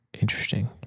Interesting